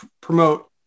promote